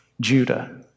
Judah